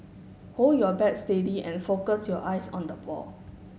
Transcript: hold your bat steady and focus your eyes on the ball